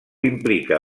implica